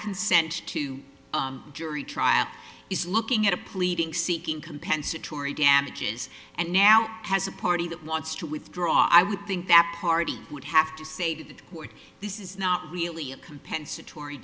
consent to a jury trial is looking at a pleading seeking compensatory damages and now has a party that wants to withdraw i would think that party would have to say that this is not really a compensatory